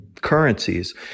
currencies